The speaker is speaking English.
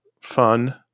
fun